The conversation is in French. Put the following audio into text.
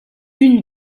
une